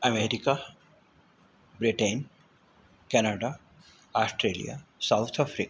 America Britain Canada Australia South Africa